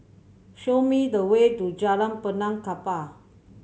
show me the way to Jalan Benaan Kapal